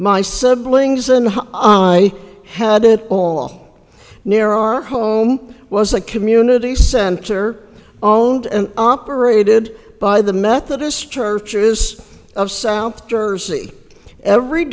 my siblings and i had it all near our home was a community center owned and operated by the methodist churches of south jersey every